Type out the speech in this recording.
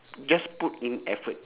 just put in effort